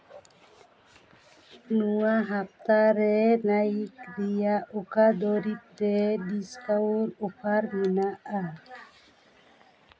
ᱱᱚᱣᱟ ᱦᱟᱯᱛᱟ ᱨᱮ ᱱᱟᱭᱤᱠ ᱨᱮᱭᱟᱜ ᱚᱠᱟ ᱫᱩᱨᱤᱵᱽ ᱨᱮ ᱰᱤᱥᱠᱟᱣᱩᱱᱴ ᱚᱯᱷᱟᱨ ᱢᱮᱱᱟᱜᱼᱟ